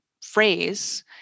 phrase